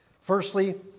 firstly